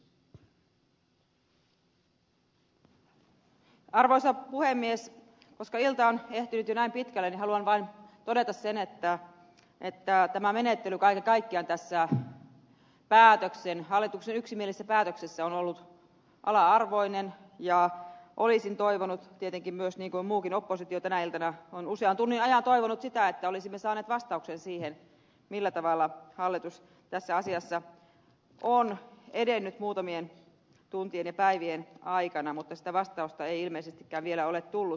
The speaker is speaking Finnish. koska ilta on ehtinyt jo näin pitkälle niin haluan vain todeta sen että tämä menettely kaiken kaikkiaan tässä hallituksen yksimielisessä päätöksessä on ollut ala arvoinen ja olisin toivonut tietenkin myös niin kuin muukin oppositio tänä iltana on usean tunnin ajan toivonut sitä että olisimme saaneet vastauksen siihen millä tavalla hallitus tässä asiassa on edennyt muutamien tuntien ja päivien aikana mutta sitä vastausta ei ilmeisestikään vielä ole tullut